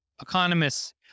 economists